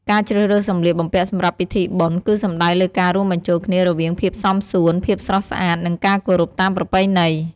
ការជ្រើសរើសសម្លៀកបំពាក់សម្រាប់ពិធីបុណ្យ គឺសំដៅលើការរួមបញ្ចូលគ្នារវាងភាពសមសួន ភាពស្រស់ស្អាត និងការគោរពតាមប្រពៃណី។